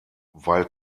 weil